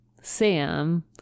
Sam